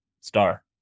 Star